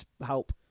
help